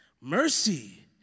mercy